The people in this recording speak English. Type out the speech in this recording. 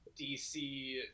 DC